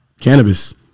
cannabis